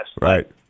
Right